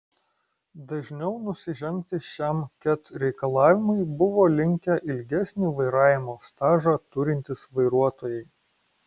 dažniau nusižengti šiam ket reikalavimui buvo linkę ilgesnį vairavimo stažą turintys vairuotojai